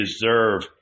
deserve